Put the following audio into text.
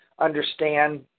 understand